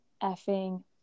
effing